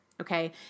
okay